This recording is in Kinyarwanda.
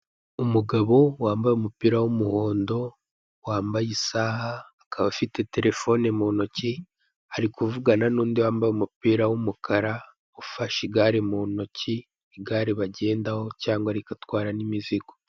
Umugabo wambaye umupira w'umuhondo wambaye isaha, akaba afite terefone mu ntoki ari kuvugana n'undi wambaye umupira w'umukara ufashe igare mu ntoki, igare bagendaho cyangwa rigatwara n'imizigo